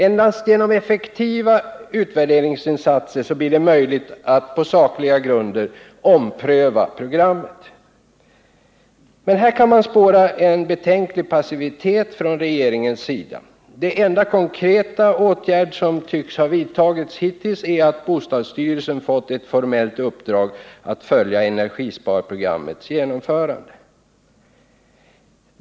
Endast genom effektiva utvärderingsinsatser blir det möjligt att på sakliga grunder ompröva programmet. Men här kan man spåra en betänklig passivitet från regeringens sida. Den enda konkreta åtgärd som hittills tycks ha vidtagits är att bostadsstyrelsen fått ett formellt uppdrag att följa energisparprogrammets genomförande.